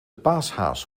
paashaas